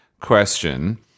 question